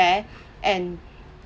fair and